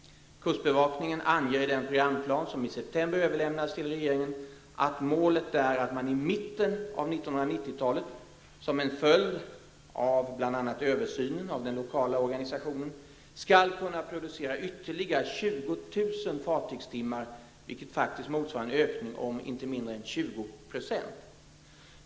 Kustbevakningen anger i den programplan som i september överlämnades till regeringen att målet är att man i mitten av 1990-talet, som en följd av bl.a. översynen av den lokala organisationen, skall kunna producera ytterligare 20 000 fartygstimmar, vilket motsvarar en ökning om inte mindre än 20 %.